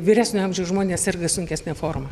vyresnio amžiaus žmonės serga sunkesne forma